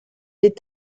est